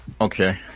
Okay